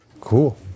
Cool